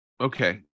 okay